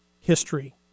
history